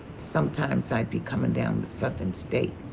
sometimes i'd be coming down the southern state,